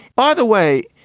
by the way,